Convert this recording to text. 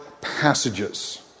passages